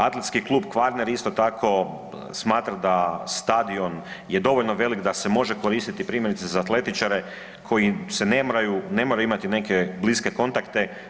Atletski klub Kvarner isto tako smatra da stadion je dovoljno velik da može koristiti primjerice za atletičare, koji ne moraju imati neke bliske kontakte.